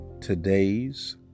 today's